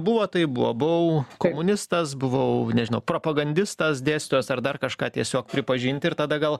buvo tai buvo buvau komunistas buvau nežinau propagandistas dėstytojas ar dar kažką tiesiog pripažinti ir tada gal